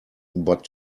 but